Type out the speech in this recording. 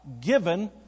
given